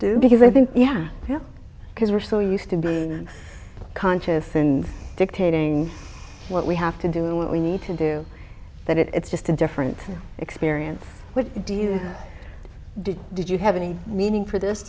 do because i think yeah yeah because we're so used to be conscious in dictating what we have to do and what we need to do that it's just a different experience what do you did did you have any meaning for this